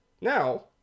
Now